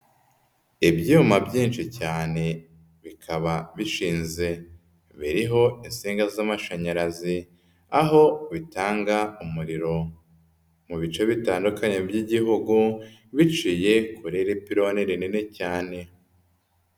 Ibyuma byinshi cyane bikaba bishinze. Biriho insinga z'amashanyarazi. Aho bitanga umuriro mu bice bitandukanye by'Igihugu biciye kuri iri pironi rinini cyane.